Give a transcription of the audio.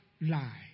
lie